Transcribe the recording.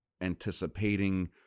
anticipating